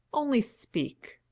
only speak!